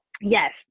Yes